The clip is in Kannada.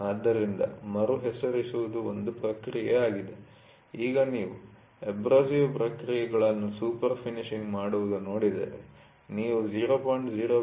ಆದ್ದರಿಂದ ಮರುಹೆಸರಿಸುವುದು ಒಂದು ಪ್ರಕ್ರಿಯೆ ಆಗಿದೆ ಈಗ ನೀವು ಎಬ್ರಸಿವ್ ಪ್ರಕ್ರಿಯೆಪ್ರಾಸೆಸ್'ಗಳನ್ನು ಸೂಪರ್ ಫಿನಿಶಿಂಗ್ ಮಾಡುವುದನ್ನು ನೋಡಿದರೆ ನೀವು 0